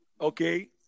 okay